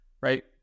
right